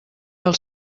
del